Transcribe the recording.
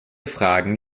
fragen